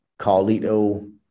Carlito